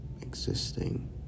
existing